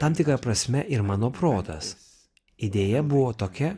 tam tikra prasme ir mano protas idėja buvo tokia